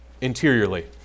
interiorly